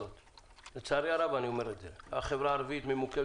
לצערי הרב החברה הערבית ממוקמת